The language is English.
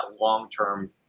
long-term